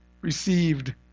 received